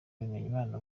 bimenyimana